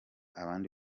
abandi